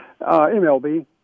mlb